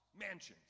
mansions